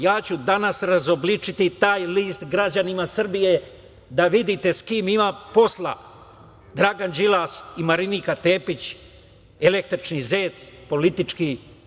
Ja ću danas razobličiti taj list građanima Srbije da vidite sa kim ima posla Dragan Đilas i Marinika Tepić, električni zec politički.